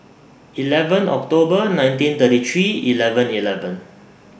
eleven October nineteen thirty three eleven eleven